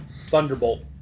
Thunderbolt